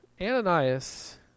Ananias